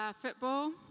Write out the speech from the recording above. Football